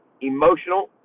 emotional